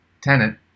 tenant